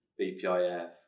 BPIF